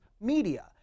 media